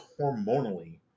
hormonally